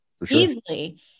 easily